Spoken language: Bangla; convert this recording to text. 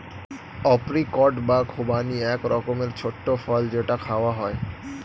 অপ্রিকট বা খুবানি এক রকমের ছোট্ট ফল যেটা খাওয়া হয়